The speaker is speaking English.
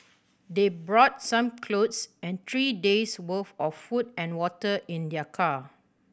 they brought some clothes and three days' worth of food and water in their car